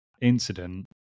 incident